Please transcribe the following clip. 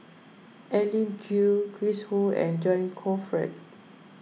Elim Chew Chris Ho and John Crawfurd